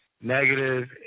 negative